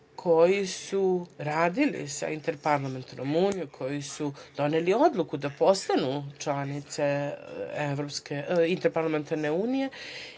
koji su radili sa Interparlamentarnom unijom, koji su doneli odluku da postanu članice Interparlamentarne unije